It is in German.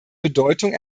bedeutung